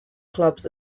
clubs